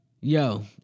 Yo